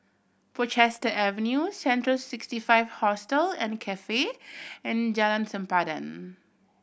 Portchester Avenue Central Sixty Five Hostel and Cafe and Jalan Sempadan